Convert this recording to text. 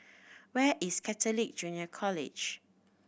where is Catholic Junior College